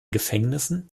gefängnissen